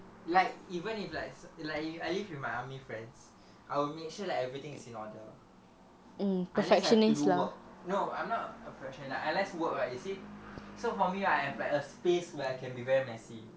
like even if like it's it's like I I live with my army friends I will make sure like everything is in order unless I have to do work no I'm not a perfectionist lah unless work right you see so for me right I have like a space where I can be very messy